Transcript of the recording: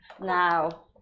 Now